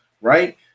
right